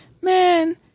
man